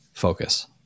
focus